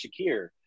Shakir